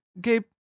Gabe